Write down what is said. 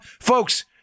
Folks